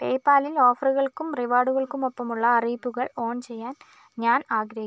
പേയ്പാലിൽ ഓഫറുകൾക്കും റിവാർഡുകൾക്കുമൊപ്പമുള്ള അറിയിപ്പുകൾ ഓൺ ചെയ്യാൻ ഞാൻ ആഗ്രഹിക്കുന്നു